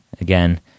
Again